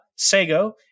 sago